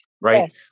right